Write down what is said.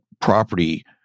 property